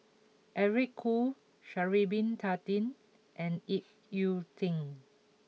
Eric Khoo Sha'ari bin Tadin and Ip Yiu Tung